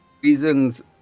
reasons